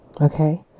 Okay